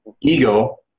ego